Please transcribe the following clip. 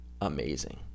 amazing